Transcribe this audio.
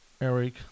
Eric